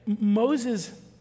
Moses